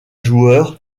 joueur